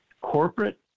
corporate